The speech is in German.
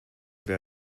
wer